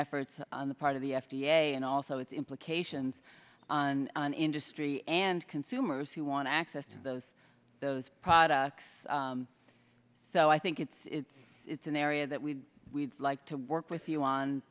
efforts on the part of the f d a and also its implications on an industry and consumers who want access to those those products so i think it's it's an area that we we'd like to work with you on